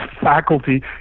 faculty